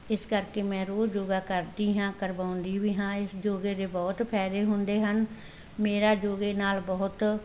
ਇਸ ਕਰਕੇ ਮੈਂ ਰੋਜ਼ ਯੋਗਾ ਕਰਦੀ ਹਾਂ ਕਰਵਾਉਂਦੀ ਵੀ ਹਾਂ ਇਸ ਯੋਗੇ ਦੇ ਬਹੁਤ ਫਾਇਦੇ ਹੁੰਦੇ ਹਨ ਮੇਰਾ ਯੋਗੇ ਨਾਲ ਬਹੁਤ